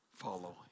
follow